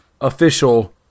official